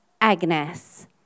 Agnes